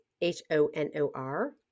H-O-N-O-R